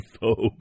folks